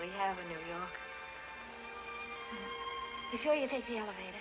we have to tell you take the elevator